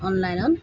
অনলাইনত